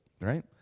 right